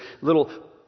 little